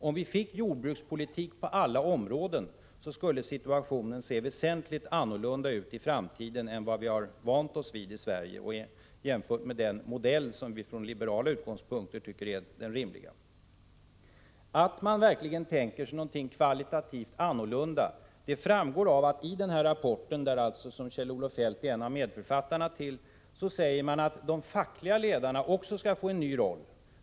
Om det fördes jordbrukspolitik på alla områden, skulle situationen se väsentligt annorlunda ut i framtiden än vad vi har vant oss vid i Sverige och jämfört med den modell som vi från liberala utgångspunkter tycker är den rimliga. Att man verkligen tänker sig någonting kvalitativt annorlunda framgår av att det i den rapport som Kjell-Olof Feldt är en av medförfattarna till sägs att de fackliga ledarna också skall få en ny roll.